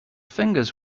fingers